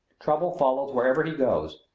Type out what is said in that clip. trouble follows wherever he goes.